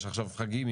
יש עכשיו חגים,